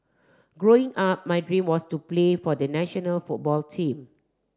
Growing Up my dream was to play for the national football team